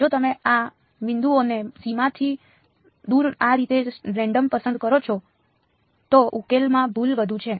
જો તમે આ બિંદુઓને સીમાથી દૂર આ રીતે રેન્ડમ પસંદ કરો છો તો ઉકેલમાં ભૂલ વધુ છે